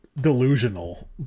delusional